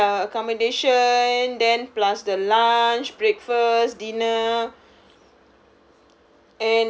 I mean uh accommodation then plus the lunch breakfast dinner